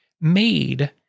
made